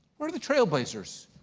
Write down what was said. we're the trailblazers.